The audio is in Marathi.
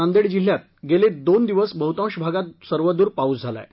नांदेड जिल्हयात गेले दोन दिवस बहुतांश भागात सर्व दूर पाऊस झाला आहे